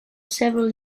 several